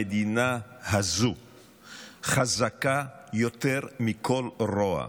המדינה הזו חזקה יותר מכל רוע.